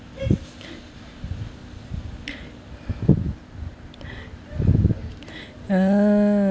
uh